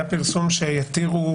היה פרסום שיתירו